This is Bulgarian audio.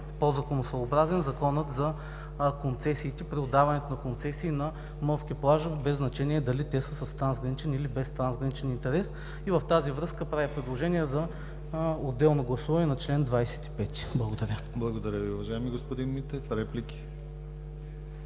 по-законосъобразен Законът за концесиите при отдаването на концесии на морски плажове, без значение дали те са с трансграничен или без трансграничен интерес. В тази връзка правя предложение за отделно гласуване на чл. 25. Благодаря Ви. ПРЕДСЕДАТЕЛ ДИМИТЪР ГЛАВЧЕВ: Благодаря Ви, уважаеми господин Митев. Реплики?